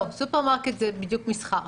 סופרמרקט זה בדיוק מסחר.